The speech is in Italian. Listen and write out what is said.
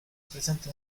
presente